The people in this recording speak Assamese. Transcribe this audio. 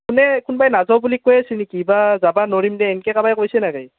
কোনে কোনবাই নাযাব বুলি কৈ আছে নকি বা যাবা নৰিম দে এনকে কাবাই কৈছে নাগাই